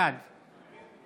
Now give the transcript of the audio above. בעד